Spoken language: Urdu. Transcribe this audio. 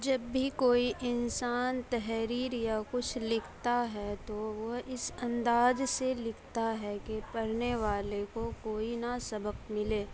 جب بھی کوئی انسان تحریر یا کچھ لکھتا ہے تو وہ اس انداز سے لکھتا ہے کہ پڑھنے والے کو کوئی نہ سبق ملے